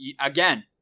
again